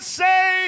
say